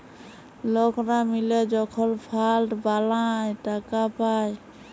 লকরা মিলে যখল ফাল্ড বালাঁয় টাকা পায়